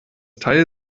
teil